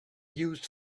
used